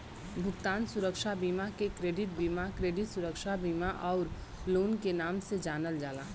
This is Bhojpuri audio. भुगतान सुरक्षा बीमा के क्रेडिट बीमा, क्रेडिट सुरक्षा बीमा आउर लोन के नाम से जानल जाला